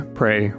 pray